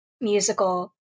musical